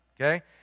Okay